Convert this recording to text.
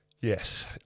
Yes